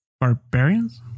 barbarians